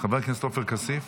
חבר הכנסת עופר כסיף.